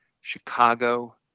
Chicago